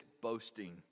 boasting